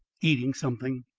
eating something.